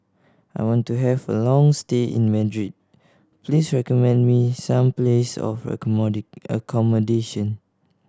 I want to have a long stay in Madrid please recommend me some places for accommodation